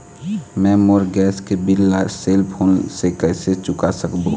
मैं मोर गैस के बिल ला सेल फोन से कइसे चुका सकबो?